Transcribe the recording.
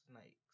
snakes